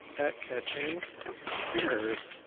at catching errors.